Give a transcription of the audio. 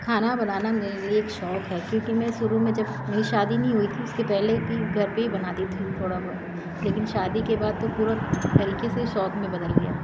खाना बनाना मेरे लिए एक शौक है क्योंकि मैं शुरू में जब मेरी शादी नहीं हुई थी उसके पहले भी घर में ही बनाती थी थोड़ा बहुत लेकिन शादी के बाद तो पूरा तरीके से शौक में बदल गया